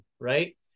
right